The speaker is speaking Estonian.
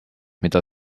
mida